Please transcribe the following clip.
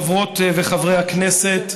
חברות וחברי הכנסת,